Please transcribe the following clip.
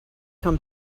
come